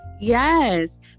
Yes